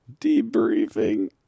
Debriefing